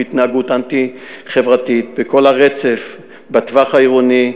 בהתנהגות אנטי-חברתית בכל הרצף בטווח העירוני,